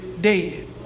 dead